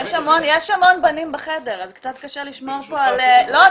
יש המון בנים בחדר אז קצת לשמור פה על --- ברשותך --- לא,